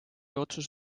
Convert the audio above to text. otsus